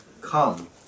come